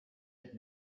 had